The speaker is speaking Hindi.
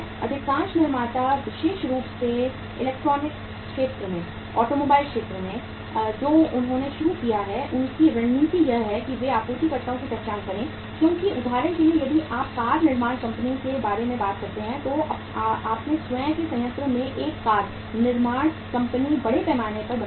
अधिकांश निर्माता विशेष रूप से इलेक्ट्रॉनिक्स क्षेत्र में ऑटोमोबाइल क्षेत्र में जो उन्होंने शुरू किया है उनकी रणनीति है कि वे आपूर्तिकर्ताओं की पहचान करें क्योंकि उदाहरण के लिए यदि आप कार निर्माण कंपनी के बारे में बात करते हैं तो अपने स्वयं के संयंत्र में एक कार निर्माण कंपनी बड़े पैमाने पर बनाती है